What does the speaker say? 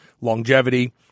longevity